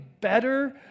better